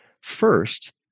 First